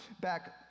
back